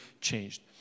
changed